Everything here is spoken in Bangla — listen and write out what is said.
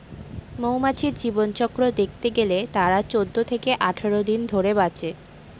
মৌমাছির জীবনচক্র দেখতে গেলে তারা চৌদ্দ থেকে আঠাশ দিন ধরে বাঁচে